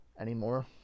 anymore